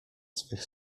swych